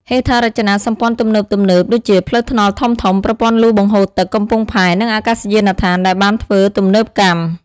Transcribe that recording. ហេដ្ឋារចនាសម្ព័ន្ធទំនើបៗ ដូចជាផ្លូវថ្នល់ធំៗ ប្រព័ន្ធលូបង្ហូរទឹក កំពង់ផែ និងអាកាសយានដ្ឋានដែលបានធ្វើទំនើបកម្ម។